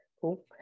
Cool